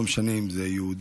לא משנה אם זה יהודים,